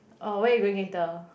oh where you going later